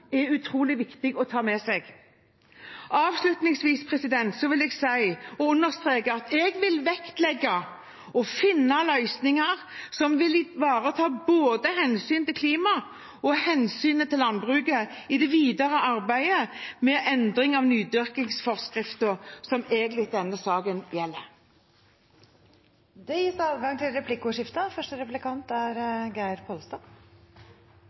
er utrolig viktig å ta med seg. Avslutningsvis vil jeg understreke at jeg vil vektlegge å finne løsninger som vil ivareta både hensynet til klimaet og hensynet til landbruket i det videre arbeidet med endring av nydyrkingsforskriften, som denne saken egentlig handler om. Det blir replikkordskifte.